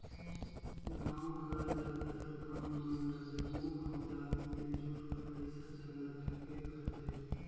गाँव कर जादातर काम मन ल जम्मो गाँवदार मिलजुल कर पइसा चंदा करके करथे